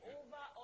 over